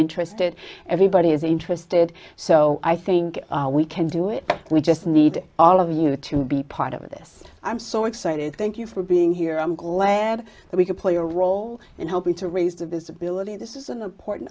interested everybody is interested so i think we can do it we just need all of you to be part of this i'm so excited thank you for being here i'm glad that we could play a role in helping to raise the visibility this is an important